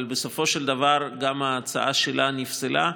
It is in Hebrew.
אבל בסופו של דבר גם ההצעה שלה נפסלה,